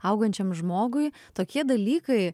augančiam žmogui tokie dalykai